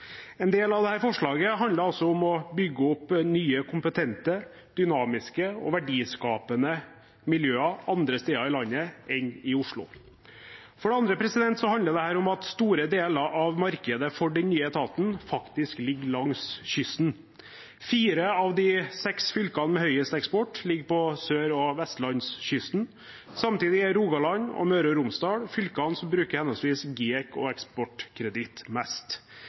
En del av dette forslaget handler altså om å bygge opp nye kompetente, dynamiske og verdiskapende miljøer andre steder i landet enn i Oslo. For det andre handler dette om at store deler av markedet for den nye etaten faktisk ligger langs kysten. Fire av de seks fylkene med mest eksport ligger på sørlandskysten og vestlandskysten. Samtidig er Rogaland og Møre og Romsdal fylkene som bruker henholdsvis GIEK og Eksportkreditt mest.